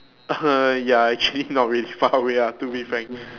ya actually not really far away we have to be frank